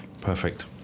Perfect